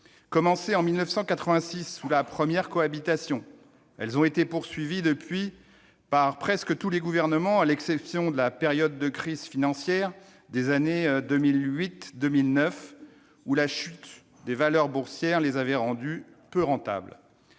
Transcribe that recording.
Commencées en 1986 sous la première cohabitation, elles ont été poursuivies depuis par presque tous les gouvernements, sauf pendant la crise financière des années 2008-2009, où la chute des valeurs boursières les avait rendues peu rentables.